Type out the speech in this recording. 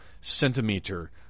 centimeter